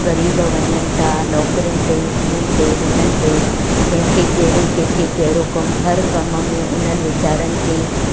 ग़रीब वञनि था नौकिरिनि ते हिननि ते हुननि ते कंहिंखे कहिड़ो कंहिंखे कहिड़ो कमु हर कमु में उन्हनि वीचारनि खे